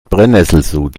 brennesselsud